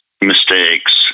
Mistakes